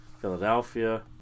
Philadelphia